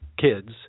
kids